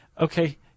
okay